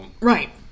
Right